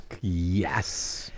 Yes